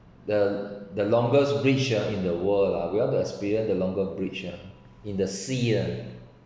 the the longest bridge ah in the world lah we want to experience the longer bridge ah in the sea ah